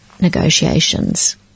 negotiations